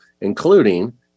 including